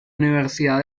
universidad